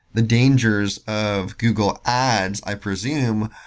the dangers of google ads, i presume,